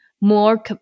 more